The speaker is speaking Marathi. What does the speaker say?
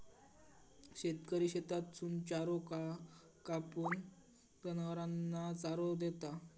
शेतकरी शेतातसून चारो कापून, जनावरांना चारो देता